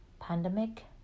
pandemic